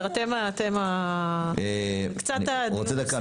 אני רוצה דקה,